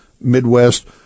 Midwest